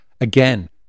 again